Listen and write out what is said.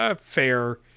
fair